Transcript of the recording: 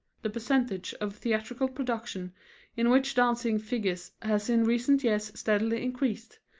the percentage of theatrical productions in which dancing figures has in recent years steadily increased,